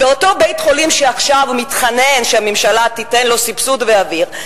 באותו בית-חולים שעכשיו מתחנן שהממשלה תיתן לו סבסוד ואוויר,